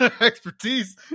expertise